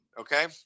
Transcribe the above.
Okay